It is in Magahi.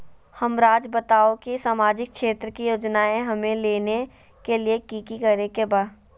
हमराज़ बताओ कि सामाजिक क्षेत्र की योजनाएं हमें लेने के लिए कि कि करे के बा?